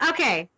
Okay